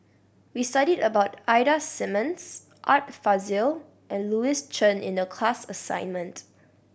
we studied about Ida Simmons Art Fazil and Louis Chen in the class assignment